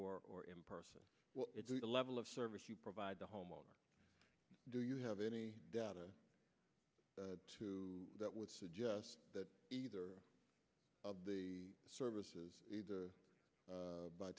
or or in person the level of service you provide the homeowner do you have any data to that would suggest that either of the services either